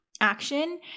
action